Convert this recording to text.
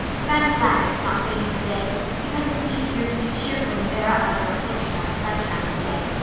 but i'm glad it's not rainy today because it's easier to be cheerful and bear up under affliction on a sunshiny day.